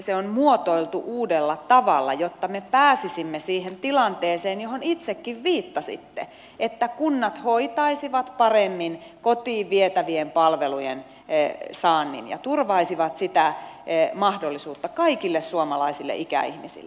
se on muotoiltu uudella tavalla jotta me pääsisimme siihen tilanteeseen johon itsekin viittasitte että kunnat hoitaisivat paremmin kotiin vietävien palvelujen saannin ja turvaisivat sitä mahdollisuutta kaikille suomalaisille ikäihmisille